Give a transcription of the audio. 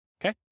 okay